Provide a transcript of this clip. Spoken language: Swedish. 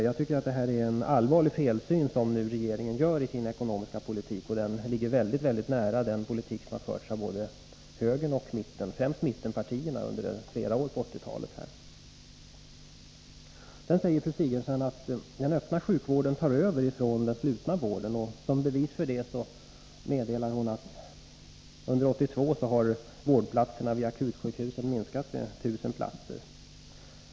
Jag tycker att det är en allvarlig felsyn som regeringen gör sig skyldig till i sin ekonomiska politik; den ligger mycket nära den politik som förts av både högern och mitten, främst mittenpartierna under flera år på 1980-talet. Sedan säger fru Sigurdsen att den öppna sjukvården tar över från den slutna vården. Som bevis för det meddelar hon att antalet vårdplatser vid akutsjukhusen under 1982 har minskat med 1 000 platser.